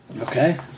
Okay